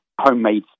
homemade